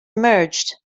emerged